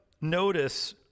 notice